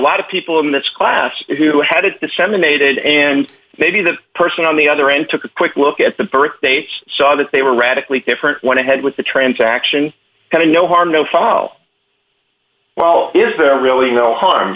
lot of people in this class who had it disseminated and maybe the person on the other end took a quick look at the birthdates saw that they were radically different went ahead with the transaction kind of no harm no foul well is there really no harm